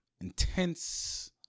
Intense